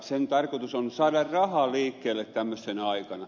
sen tarkoitus on saada raha liikkeelle tämmöisenä aikana